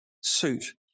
suit